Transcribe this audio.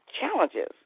challenges